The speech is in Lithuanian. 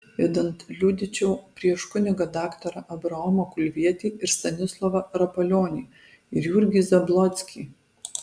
idant liudyčiau prieš kunigą daktarą abraomą kulvietį ir stanislovą rapolionį ir jurgį zablockį